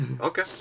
okay